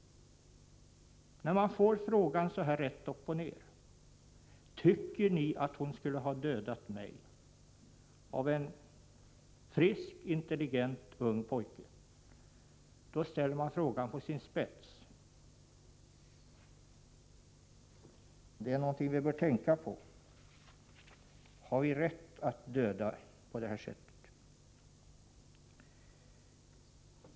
När man får frågan ställd så rätt upp och ner av en frisk, intelligent, ung pojke, då ställs frågan på sin spets. Det är någonting som vi bör tänka på. Har vi rätt att döda på det här sättet?